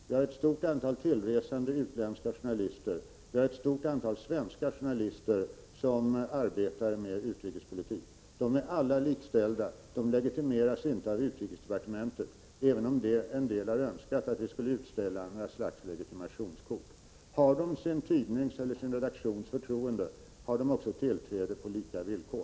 Vi har ett stort antal tillresande utländska journalister. Vi har ett stort antal svenska journalister som arbetar med utrikespolitik. De är alla likställda. De legitimeras inte av utrikesdepartementet, även om en del har önskat att vi skulle utställa något slags legitimationskort. Har de sin tidnings, sin redaktions förtroende, så har de också tillträde på lika villkor.